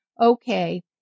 okay